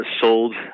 sold